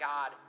God